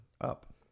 up